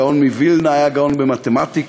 הגאון מווילנה היה גאון במתמטיקה,